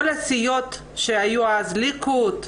כל הסיעות שהיו אז הליכוד,